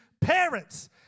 parents